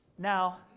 Now